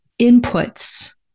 inputs